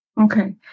Okay